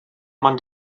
man